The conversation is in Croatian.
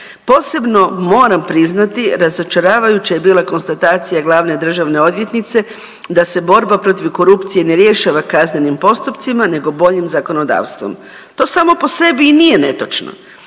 Posebno moram priznati razočaravajuća je bila konstatacija glavne državne odvjetnice da se borba protiv korupcije ne rješava kaznenim postupcima nego boljim zakonodavstvom. To samo po sebi i nije netočno,